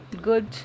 good